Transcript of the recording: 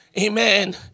Amen